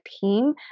team